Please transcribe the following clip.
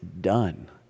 done